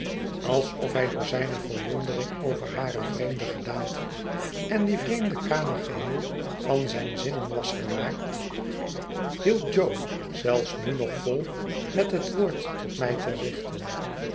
alsof hij door zijne verwondering over hare vreemde gedaante en die vreemde kamer geheel van zijne zinnen was geraakt hield jo zelfs nu nog vol met het woord tot mij te richten